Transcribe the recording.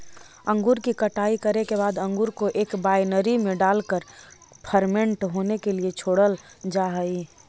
अंगूर की कटाई करे के बाद अंगूर को एक वायनरी में डालकर फर्मेंट होने के लिए छोड़ल जा हई